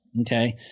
Okay